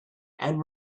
and